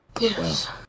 Yes